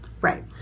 Right